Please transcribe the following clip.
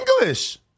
English